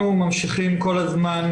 אנחנו ממשיכים כל הזמן,